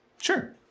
sure